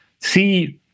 see